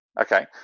okay